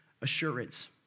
assurance